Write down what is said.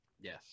Yes